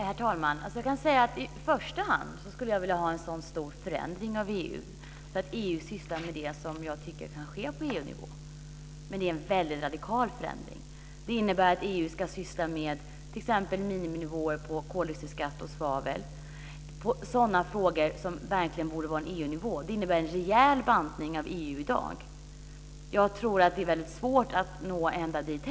Herr talman! I första hand, kan jag säga, skulle jag vilja ha en så stor förändring av EU så att EU sysslar med det som jag tycker kan ske på EU-nivå. Det är en väldigt radikal förändring. Det innebär att EU t.ex. ska syssla med miniminivåer på koldioxidskatt och svavel, alltså med sådana frågor som verkligen borde ligga på EU-nivå. Det innebär en rejäl bantning av dagens EU. Jag tror att det är väldigt svårt att nå ända dit.